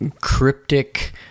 cryptic